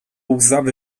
łzawy